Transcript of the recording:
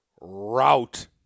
route